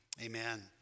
amen